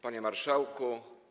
Panie Marszałku!